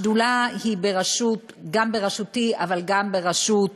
השדולה היא גם בראשותי אבל גם בראשות